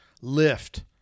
lift